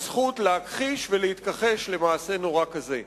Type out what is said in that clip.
הזכות להכחיש ולהתכחש למעשה נורא כזה.